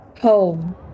home